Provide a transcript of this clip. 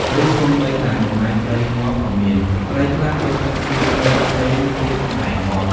ឬសូម្បីតែបំណែកត្រីងាប់ក៏មាន ត្រីខ្លះចូលចិត្តស៊ីត្រីផ្សេងទៀតដែលងាប់។